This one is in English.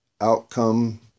outcome